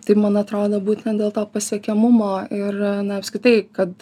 tai man atrodo būtent dėl to pasiekiamumo ir na apskritai kad